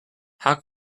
how